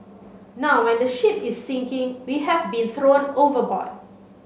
now when the ship is sinking we have been thrown overboard